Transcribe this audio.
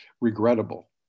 regrettable